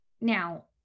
now